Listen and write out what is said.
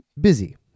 busy